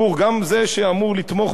גם זה שאמור לתמוך בהם,